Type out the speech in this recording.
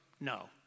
no